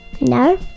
No